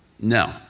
No